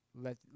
let